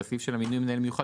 של מינוי המנהל המיוחד,